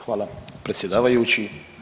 Hvala predsjedavajući.